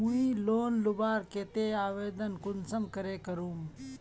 मुई लोन लुबार केते आवेदन कुंसम करे करूम?